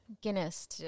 Guinness